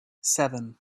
seven